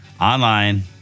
online